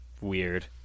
weird